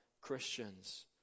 Christians